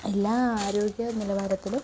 എല്ലാ ആരോഗ്യ നിലവാരത്തിലും